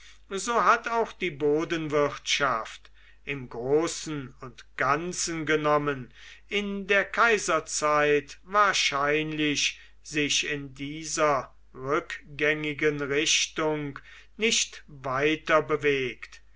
so hat auch die bodenwirtschaft im großen und ganzen genommen in der kaiserzeit wahrscheinlich sich in dieser rückgängigen richtung nicht weiterbewegt